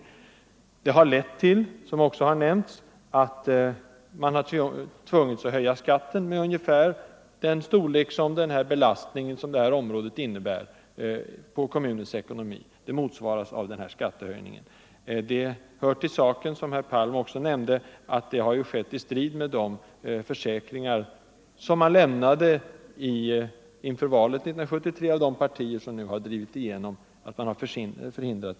Men det har lett till att man tvingats höja skatten med ett belopp motsvarande ungefär den belastning som kostnaderna för detta område innebär på kommunens ekonomi. Det hör till saken, vilket även herr Palm nämnde, att detta har skett i strid med de försäkringar som lämnades inför valet 1973 av de partier som nu har drivit igenom beslutet.